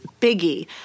biggie